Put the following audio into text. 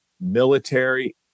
military